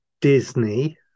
Disney